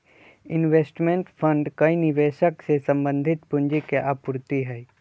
investment fund कई निवेशक से संबंधित पूंजी के आपूर्ति हई